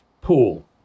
pool